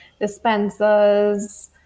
dispensers